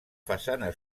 façana